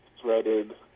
threaded